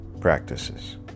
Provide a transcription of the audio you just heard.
practices